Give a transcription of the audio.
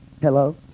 hello